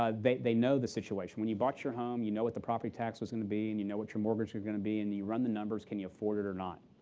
um they they know the situation. when you bought your home, you know what the property tax was going to be and you know what your mortgage is going to be, and you run the numbers. can you afford it or not.